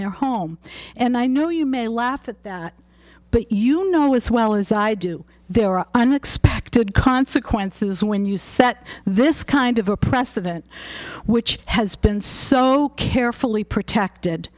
their home and i know you may laugh at that but you know as well as i do there are unexpected consequences when you see that this kind of a precedent which has been so carefully protected